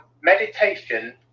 meditation